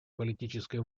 политической